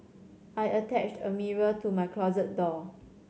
I attached a mirror to my closet door